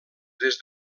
des